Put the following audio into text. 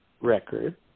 record